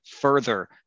further